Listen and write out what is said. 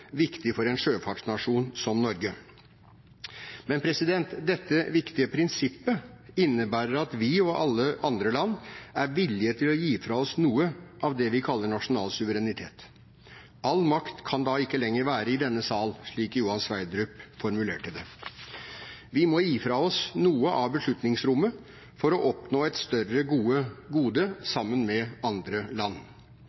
viktig for en sjøfartsnasjon som Norge. Men dette viktige prinsippet innebærer at vi og andre land er villige til å gi fra oss noe av det vi kaller nasjonal suverenitet. All makt kan da ikke lenger være i denne sal, slik Johan Sverdrup formulerte det. Vi må gi fra oss noe av beslutningsrommet for å oppnå et større gode,